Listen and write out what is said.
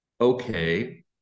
Okay